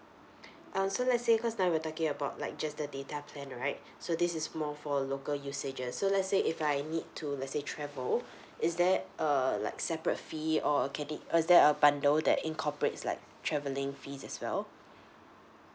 um so let's say because now we're talking about like just the data plan right so this is more for local usages so let's say if I need to let say travel is there err like separate fee or can it uh is there a bundle that incorporates like traveling fees as well